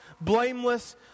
blameless